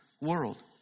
world